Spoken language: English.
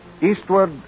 Eastward